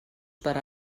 per